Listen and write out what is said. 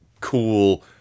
cool